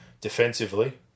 defensively